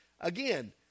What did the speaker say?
Again